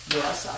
Yes